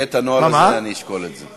כשיהיה הנוהל הזה, אני אשקול את זה.